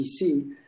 PC